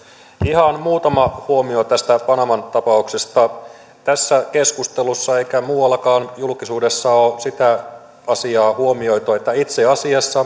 ihan muutama huomio tästä panaman tapauksesta tässä keskustelussa tai muuallakaan julkisuudessa ei ole huomioitu sitä asiaa että itse asiassa